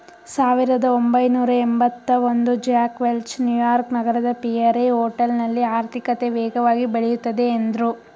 ಸಾವಿರದಒಂಬೈನೂರಎಂಭತ್ತಒಂದು Jack Welch New York ನಗರದ Pierre ಹೋಟೆಲ್ನಲ್ಲಿ ಆರ್ಥಿಕತೆ ವೇಗವಾಗಿ ಬೆಳೆಯುತ್ತದೆ ಎಂದ್ರು